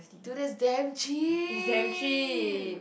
dude that's damn cheap